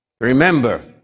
Remember